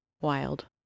Wild